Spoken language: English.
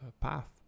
path